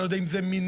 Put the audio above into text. לא יודע אם זה מנת"ע,